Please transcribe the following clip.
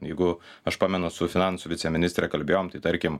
jeigu aš pamenu su finansų viceministre kalbėjom tai tarkim